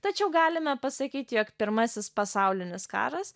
tačiau galime pasakyti jog pirmasis pasaulinis karas